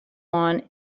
one